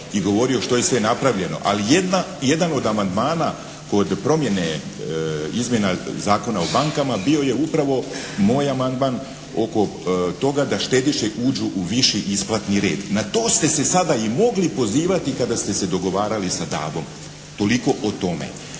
i govorio što je sve napravljeno. Ali jedan od amandmana kod promjene izmjena Zakona o bankama bio je upravo moj amandman oko toga da štediše u uđu u viši isplatni red. Na to ste se sada i mogli pozivati kada ste se dogovarali sa DAB-om. Toliko o tome.